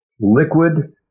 liquid